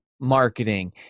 marketing